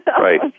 Right